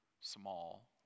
small